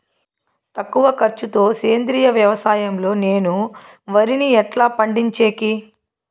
తక్కువ ఖర్చు తో సేంద్రియ వ్యవసాయం లో నేను వరిని ఎట్లా పండించేకి?